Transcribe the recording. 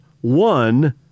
One